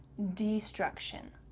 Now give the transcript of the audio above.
destruction.